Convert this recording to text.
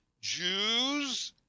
Jews